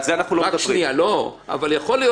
אנחנו רק מעלים את הנושאים שנשארו עדיין בדיון,